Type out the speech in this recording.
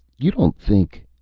you don't think?